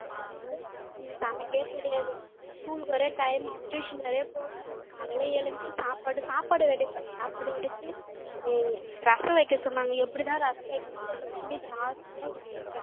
அப்போ போகும்மோது எனக்கு சமக்கே தெரியாது ஸ்கூல் வேற டைம் ஆகும் டியூஷன் வேற போகணும் இப்போ காலையில் எழுந்து சாப்பாடு சாப்பாடு வடிப்பேன் சாப்பாடு வடித்து இ ரசம் வைக்க சொன்னாங்க எப்படி தான் ரசம் வைக்குனே தெரில புளி ஜாஸ்தியாக ஊற்றிட்டேன்